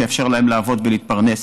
שיאפשרו להם לעבוד ולהתפרנס.